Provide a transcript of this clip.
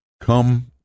come